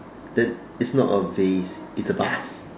then it's not a vase it's a vase